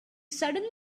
suddenly